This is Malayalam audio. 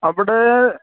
അവിടെ